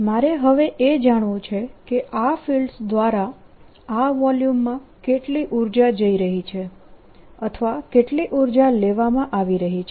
મારે હવે એ જાણવું કે આ ફિલ્ડસ દ્વારા આ વોલ્યુમમાં કેટલી ઉર્જા જઈ રહી છે અથવા કેટલી ઉર્જા લેવામાં આવી રહી છે